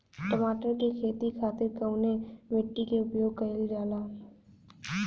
टमाटर क खेती खातिर कवने मिट्टी के उपयोग कइलजाला?